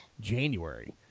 January